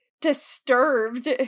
disturbed